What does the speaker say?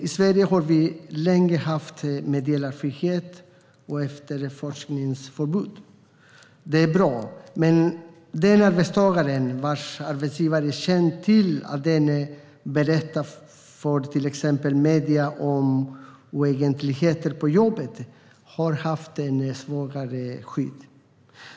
I Sverige har vi länge haft meddelarfrihet och efterforskningsförbud. Det är bra, men den arbetstagare vars arbetsgivare känt till att denne berättar för till exempel medier om oegentligheter på jobbet har haft ett svagare skydd.